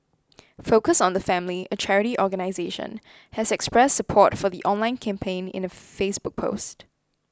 focus on the family a charity organisation has expressed support for the online campaign in a Facebook post